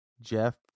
Jeff